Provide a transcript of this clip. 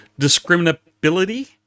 discriminability